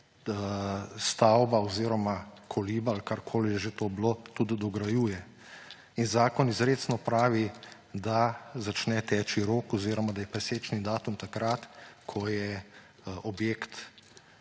stavba oziroma koliba ali karkoli je že to bilo tudi dograjuje. In zakon izrecno pravi, da začne teči rok oziroma da je presečni datum takrat, ko je objekt